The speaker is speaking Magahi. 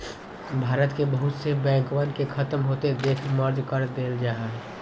भारत के बहुत से बैंकवन के खत्म होते देख मर्ज कर देयल जाहई